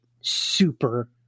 super